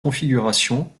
configurations